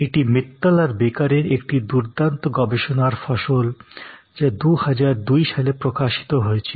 এটি মিত্তল আর বেকারের একটি দুর্দান্ত গবেষণার ফসল যা ২০০২ সালে প্রকাশিত হয়েছিল